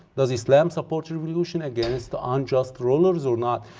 does islam support revolution against unjust rulers or not?